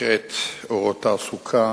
שנקראת "אורות לתעסוקה"